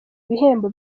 bihembo